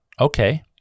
Okay